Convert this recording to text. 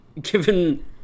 given